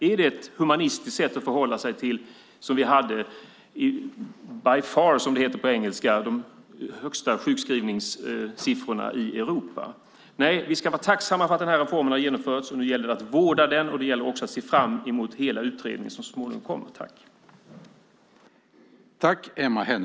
Är det ett humanistiskt sätt att förhålla sig till det som vi hade by far, som det heter på engelska, de högsta sjukskrivningssiffrorna i Europa. Nej, vi ska vara tacksamma för att den här reformen har genomförts. Nu gäller det att vårda den och det gäller också att se fram emot hela utredningen som så småningom kommer.